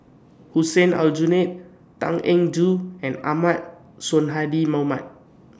Hussein Aljunied Tan Eng Joo and Ahmad Sonhadji Mohamad